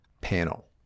Panel